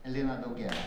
liną daugėlą